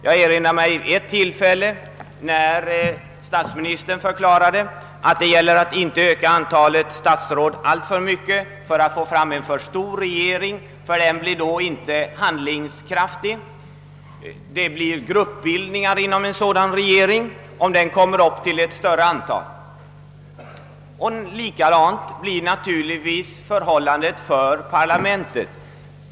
Jag erinrar mig ett tillfälle när statsministern förklarade att det gäller att inte öka antalet statsråd för mycket, ty regeringen blir då inte handlingskraftig emedan det uppstår gruppbildningar inom den. Likadant blir naturligtvis förhållandet med parlamentet.